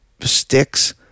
sticks